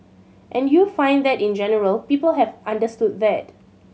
and you find that in general people have understood that